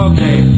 Okay